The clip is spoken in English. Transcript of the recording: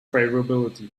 favorability